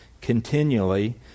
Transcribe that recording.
continually